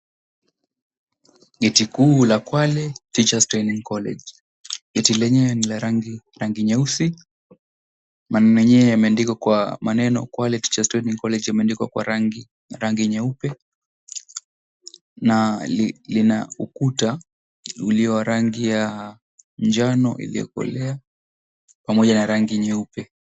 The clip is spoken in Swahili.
Chuo kikuu la Kwale Teachers Training College mti lenyewe ni la rangi nyeusi maneno yenyewe yamebandikwa kwa maneno Kwale Teachers Training College yamebandikwa kwa rangi nyeupe na lina ukuta uliyo ya rangi ya njano iliyokolea pamoja na rangi nyeupe.